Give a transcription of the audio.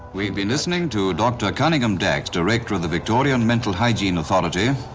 we've been listening to dr cunningham dax, director of the victorian mental hygiene authority,